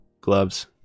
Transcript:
gloves